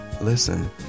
Listen